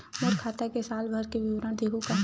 मोर खाता के साल भर के विवरण देहू का?